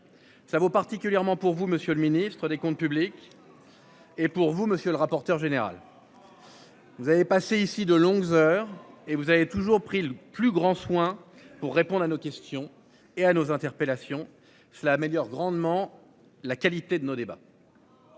Cela vaut particulièrement pour vous monsieur le ministre des Comptes publics. Et pour vous monsieur le rapporteur général. Vous avez passé ici de longues heures et vous avez toujours pris le plus grand soin pour répondre à nos questions et à nos interpellations. Cela améliore grandement la qualité de nos débats.